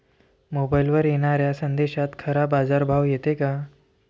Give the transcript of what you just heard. मोबाईलवर येनाऱ्या संदेशात खरा बाजारभाव येते का?